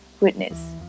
witness